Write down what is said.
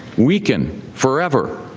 weaken forever.